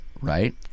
right